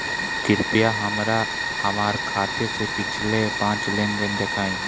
कृपया हमरा हमार खाते से पिछले पांच लेन देन दिखाइ